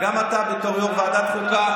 גם אתה בתור יושב-ראש ועדת חוקה,